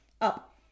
Up